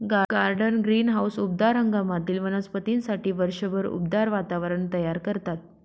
garden greenhouse उबदार हंगामातील वनस्पतींसाठी वर्षभर उबदार वातावरण तयार करतात